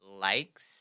likes